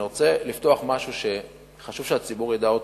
אני רוצה לפתוח משהו שחשוב שהציבור ידע אותו,